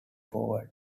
forward